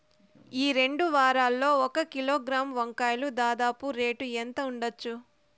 ఈ రెండు వారాల్లో ఒక కిలోగ్రాము వంకాయలు దాదాపు రేటు ఎంత ఉండచ్చు?